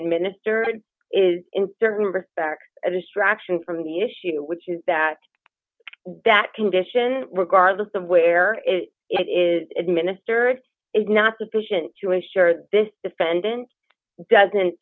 administered is in certain respects a distraction from the issue which is that that condition regardless of where it is administered is not sufficient to assure this defendant doesn't